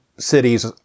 cities